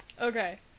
okay